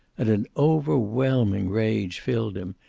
and an overwhelming rage filled him,